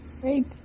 Great